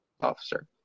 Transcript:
officer